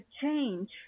change